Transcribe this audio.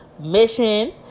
mission